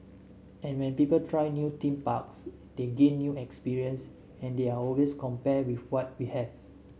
and when people try new theme parks they gain new experience and they are always compare with what we have